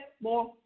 more